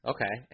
Okay